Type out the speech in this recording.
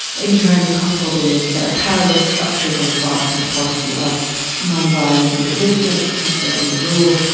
in turn kosovo albanians set up parallel structures and embarked on a policy of non-violent resistance to serbian rule,